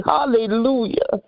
Hallelujah